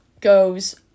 goes